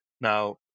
Now